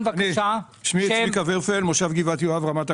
אני ממושב גבעת יואב ברמת הגולן.